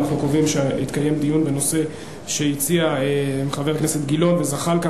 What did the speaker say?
אנחנו קובעים שיתקיים דיון בנושא שהציעו חבר הכנסת גילאון וזחאלקה,